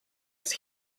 its